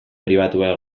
pribatua